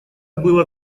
было